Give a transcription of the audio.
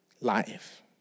life